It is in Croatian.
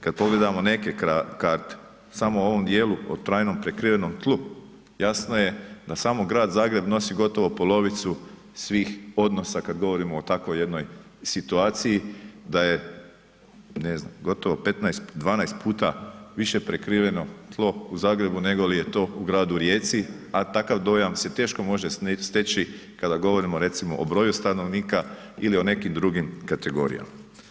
kad pogledamo neke karte, samo u ovom dijelu od trajno prekrivenom tlu jasno je da samo Grad Zagreb nosi gotovo polovicu svih odnosa kada govorimo o takvoj jednoj situaciji da je ne znam, gotovo 15, 12 puta više prekriveno tlo u Zagrebu nego li je to u gradu Rijeci, a takav dojam se teško može steći kad govorimo recimo o broju stanovnika ili o nekim drugim kategorijama.